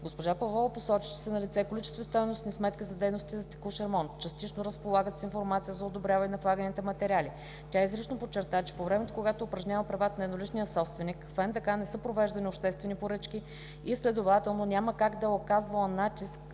Госпожа Павлова посочи, че са налице количествено-стойностни сметки за дейностите за текущ ремонт и частично разполагат с информация за одобряване на влаганите материали. Тя изрично подчерта, че по времето, когато упражнява правата на едноличния собственик в НДК не са провеждани обществени поръчки и следователно няма как да е оказвала натиск